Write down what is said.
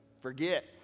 forget